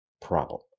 problem